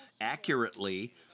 Accurately